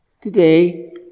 Today